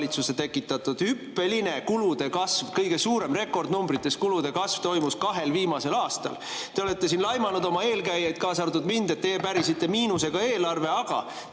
valitsuse tekitatud: hüppeline kulude kasv, kõige suurem, rekordnumbrites kulude kasv toimus kahel viimasel aastal. Te olete siin laimanud oma eelkäijaid, kaasa arvatud mind, et teie pärisite miinusega eelarve. Aga